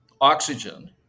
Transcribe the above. oxygen